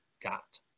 got